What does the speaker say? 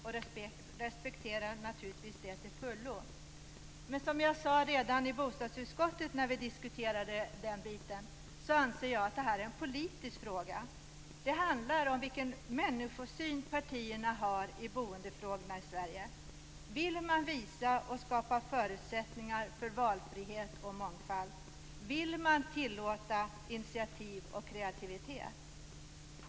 Jag sade redan när vi diskuterade ärendet i bostadsutskottet att detta är en politisk fråga. Det handlar om vilken människosyn partierna har i boendefrågorna i Sverige. Vill man visa och skapa förutsättningar för valfrihet och mångfald? Vill man tillåta initiativ och kreativitet?